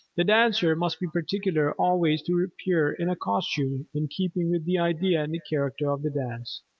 the dancer must be particular always to appear in a costume in keeping with the idea and character of the dance.